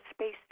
space